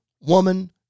woman